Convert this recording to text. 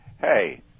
Hey